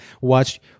watch